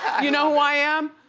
you know who i am?